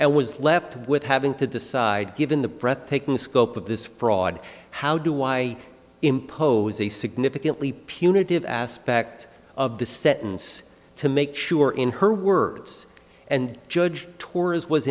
and was left with having to decide given the breathtaking scope of this fraud how do why impose a significantly punitive aspect of the sentence to make sure in her words and judge torres was